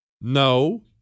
No